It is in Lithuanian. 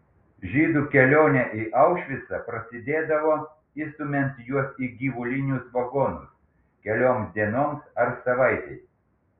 žydų kelionė į aušvicą prasidėdavo įstumiant juos į gyvulinius vagonus kelioms dienoms ar savaitei